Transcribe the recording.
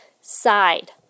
side